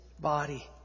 body